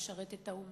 משרת את האומה,